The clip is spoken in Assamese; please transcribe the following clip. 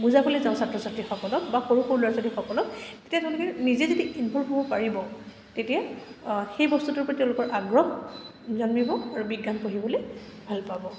বুজাবলৈ যাওঁ ছাত্ৰ ছাত্ৰীসকলক বা সৰু সৰু ল'ৰা ছাত্ৰীসকলক তেতিয়া তেওঁলোকে নিজে যদি ইমপ্ৰোভ হ'ব পাৰিব তেতিয়া সেই বস্তুটোৰ প্ৰতি তেওঁলোকৰ আগ্ৰহ জন্মিব আৰু বিজ্ঞান পঢ়িবলৈ ভাল পাব